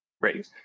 Right